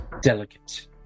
delicate